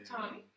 Tommy